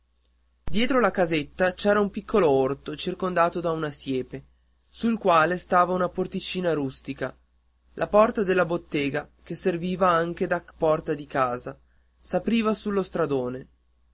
dietro la casetta c'era un piccolo orto circondato da una siepe sul quale dava una porticina rustica la porta della bottega che serviva anche da porta di casa s'apriva sullo stradone